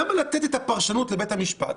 למה לתת את הפרשנות לבית המשפט?